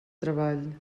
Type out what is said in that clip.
treball